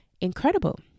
incredible